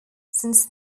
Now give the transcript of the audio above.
since